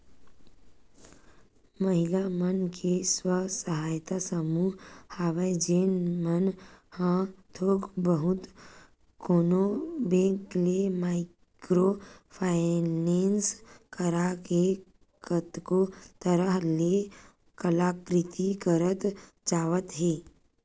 महिला मन के स्व सहायता समूह हवय जेन मन ह थोक बहुत कोनो बेंक ले माइक्रो फायनेंस करा के कतको तरह ले कलाकृति करत जावत हे